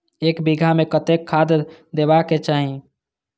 एक बिघा में कतेक खाघ देबाक चाही?